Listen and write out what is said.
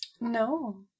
No